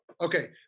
Okay